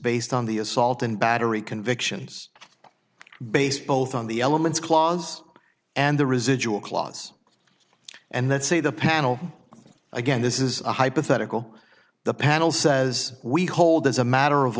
based on the assault and battery convictions based both on the elements clause and the residual clause and that say the panel again this is a hypothetical the panel says we hold as a matter of